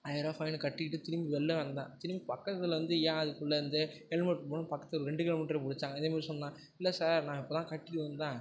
ஆயர ரூவா ஃபைனை கட்டிவிட்டு திரும்பி வெளியில் வந்தேன் திரும்பி பக்கத்தில் வந்து ஏன் அதுக்குள்ளே வந்து ஹெல்மெட் போடலைன்னு பக்கத்தில் ரெண்டு கிலோ மீட்ரில் பிடிச்சாங்க இதே மாதிரி சொன்னேன் இல்லை சார் நான் இப்போதான் கட்டிவிட்டு வந்தேன்